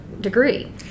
degree